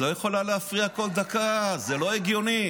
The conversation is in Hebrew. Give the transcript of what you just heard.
את לא יכולה להפריע כל דקה, זה לא הגיוני.